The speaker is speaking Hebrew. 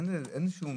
אין שום